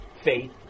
faith